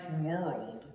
world